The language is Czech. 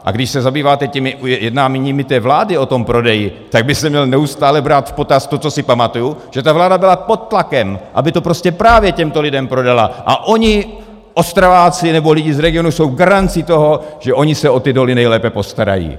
A když se zabýváte jednáními vlády o tom prodeji, tak by se mělo neustále brát v potaz to, co si pamatuju, že ta vláda byla pod tlakem, aby to právě těmto lidem prodala, a oni, Ostraváci, nebo lidi z regionu, jsou garancí toho, že oni se o ty doly nejlépe postarají.